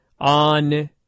on